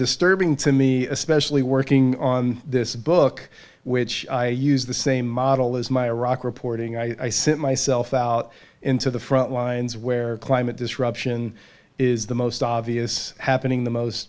disturbing to me especially working on this book which i use the same model is my iraq reporting i sit myself out into the frontlines where climate disruption is the most obvious happening the most